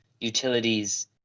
utilities